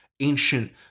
ancient